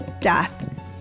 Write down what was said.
death